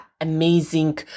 amazing